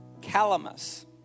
calamus